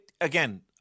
Again